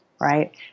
right